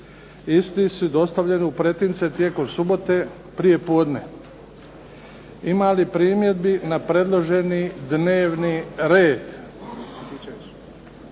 Isti su dostavljeni u pretince tijekom subote prijepodne. Ima li primjedbi na predloženi dnevni red?